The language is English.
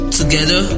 together